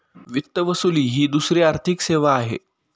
वित्त वसुली ही दुसरी आर्थिक सेवा आहे